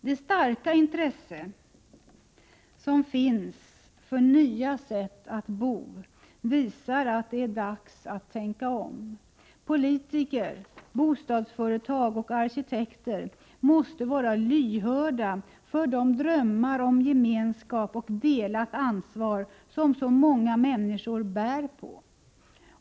Det starka intresse som finns för nya sätt att bo visar att det är dags att tänka om. Politiker, bostadsföretag och arkitekter måste vara lyhörda för de drömmar om gemenskap och delat ansvar som så många människor bär på.